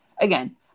Again